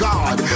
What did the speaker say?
God